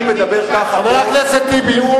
חבר הכנסת טיבי,